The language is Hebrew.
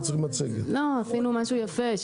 עשינו משהו יפה,